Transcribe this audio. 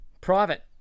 private